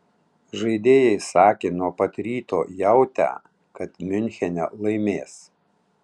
žaidėjai sakė nuo pat ryto jautę kad miunchene laimės